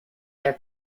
their